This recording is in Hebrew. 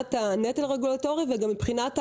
מבחינת הנטל הרגולטורי ומבחינת העלויות,